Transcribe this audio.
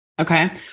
Okay